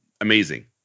amazing